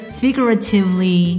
figuratively